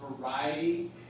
variety